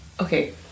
okay